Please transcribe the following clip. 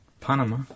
Panama